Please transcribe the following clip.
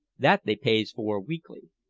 that they pays for weekly.